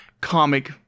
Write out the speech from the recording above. comic